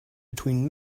between